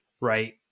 right